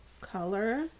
Color